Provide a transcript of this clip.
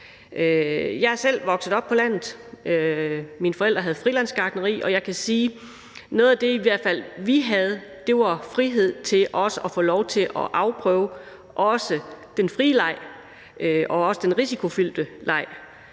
Jeg er selv vokset op på landet. Mine forældre havde et frilandsgartneri, og jeg kan sige, at noget af det, vi i hvert fald havde, var frihed til også at få lov til at afprøve den frie leg og den risikofyldte leg.